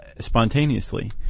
spontaneously